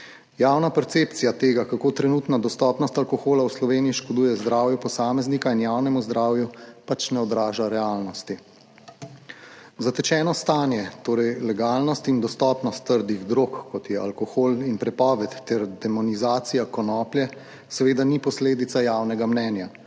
Javna percepcija tega, kako trenutna dostopnost alkohola v Sloveniji škoduje zdravju posameznika in javnemu zdravju, pač ne odraža realnosti. Zatečeno stanje, torej legalnost in dostopnost trdih drog, kot je alkohol in prepoved ter demonizacija konoplje seveda ni posledica javnega mnenja.